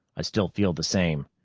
i still feel the same.